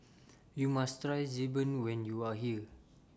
YOU must Try Xi Ban when YOU Are here